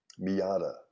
Miata